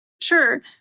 Sure